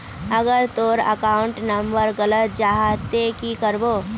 अगर तोर account number गलत जाहा ते की करबो?